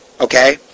Okay